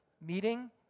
meeting